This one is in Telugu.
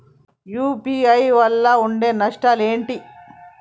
యూ.పీ.ఐ వల్ల ఉండే నష్టాలు ఏంటి??